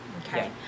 Okay